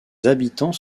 habitants